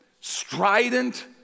strident